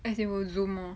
as it will zoom lor